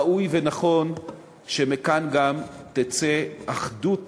ראוי ונכון שמכאן גם תצא אחדות